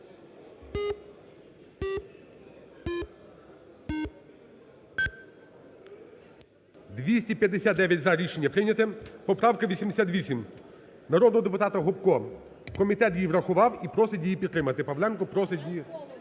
За-259 Рішення прийнято. Поправка 88 народного депутата Гопко. Комітет її врахував і просить її підтримати, Павленко просить її